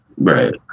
Right